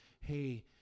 hey